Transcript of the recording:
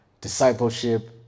discipleship